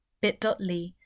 bit.ly